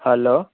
hello